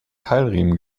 keilriemen